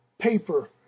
paper